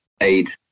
aid